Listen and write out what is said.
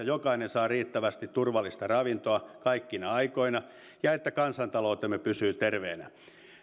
jokainen saa riittävästi turvallista ravintoa kaikkina aikoina ja että kansantaloutemme pysyy terveenä